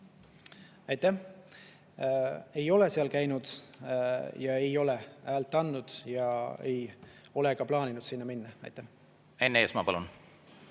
Aitäh! Ei ole seal käinud ja ei ole häält andnud. Ei ole ka plaaninud sinna minna. Enn Eesmaa, palun!